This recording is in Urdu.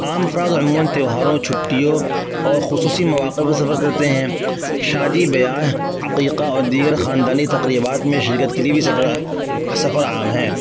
عام افراد عموماً تیوہاروں چھٹیوں اور خصوصی مواقع پر سفر کرتے ہیں شادی بیاہ عقیقہ اور دیگر خاندانی تقریبات میں شرکت کے لیے بھی سفر سفر عام ہے